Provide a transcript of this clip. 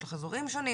יש לך אזורים שונים,